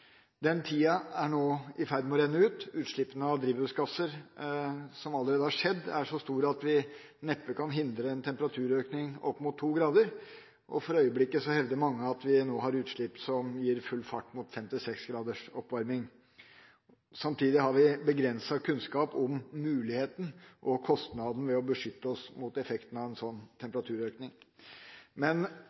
Den tida er nå i ferd med å renne ut. Utslippene av drivhusgasser som allerede er skjedd, er så store at vi neppe kan hindre en temperaturøkning opp mot to grader. For øyeblikket hevder mange at vi nå har utslipp som gir full fart mot fem–seks graders oppvarming. Samtidig har vi begrenset kunnskap om muligheten til og kostnaden ved å beskytte oss mot effektene av en slik temperaturøkning.